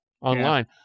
online